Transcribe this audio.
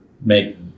make